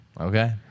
Okay